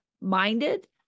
minded